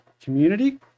community